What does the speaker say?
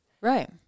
Right